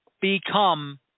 become